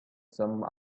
some